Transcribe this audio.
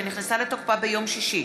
שנכנסה לתוקפה ביום שישי,